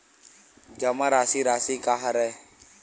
जमा राशि राशि का हरय?